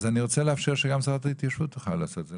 אז אני רוצה לאפשר שגם שרת ההתיישבות תוכל לעשות את זה.